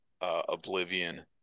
Oblivion